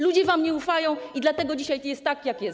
Ludzie wam nie ufają i dlatego dzisiaj jest tak, jak jest.